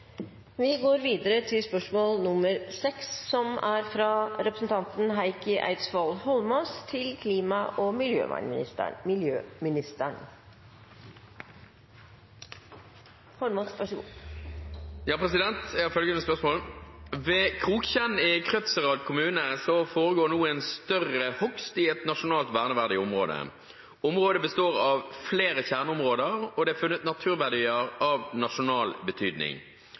Jeg har følgende spørsmål: «Ved Kroktjenn i Krødsherad kommune foregår det nå en større hogst i et nasjonalt verneverdig område. Området består av flere kjerneområder, og det er funnet naturverdier av nasjonal betydning.